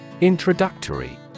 Introductory